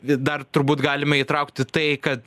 vi dar turbūt galime įtraukti tai kad